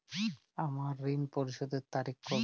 আমার ঋণ পরিশোধের তারিখ কবে?